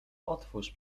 otwórz